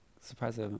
surprised